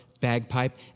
bagpipe